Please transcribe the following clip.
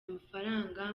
mafaranga